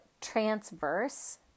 transverse